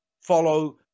follow